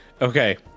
okay